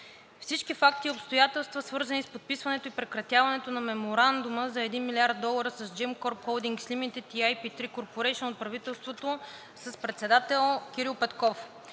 всички факти и обстоятелства, свързани с подписването и прекратяването на Меморандума за 1 млрд. долара с Gemcorp Holdings Limited и IР3 Corporation от правителството с председател Кирил Петков.